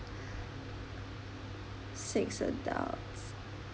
six adults